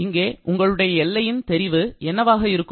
இங்கே உங்களுடைய எல்லையின் தெரிவு என்னவாக இருக்கும்